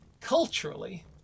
culturally